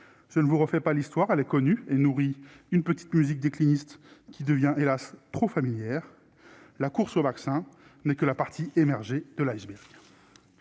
je ne vous refait pas l'histoire, elle est connue et nourrit une petite musique déclinistes qui devient hélas trop familière, la course aux vaccins n'est que la partie émergée de l'iceberg